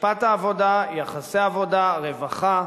משפט העבודה, יחסי עבודה, רווחה,